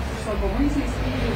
užsakomaisiais skrydžiais